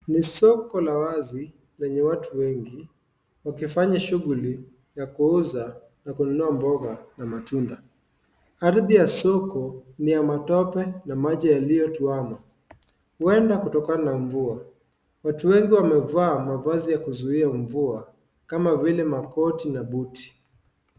Ni soko la wazi lenye watu wengi wakifanya shughuli ya kuuza na kununua mboga na matunda. Ardhi ya soko ni ya matope na maji yaliyojuwama, huenda kutoka na mvua. Watu wengi wamevaa mavazi ya kuzuia mvua kama vile makoti na buti.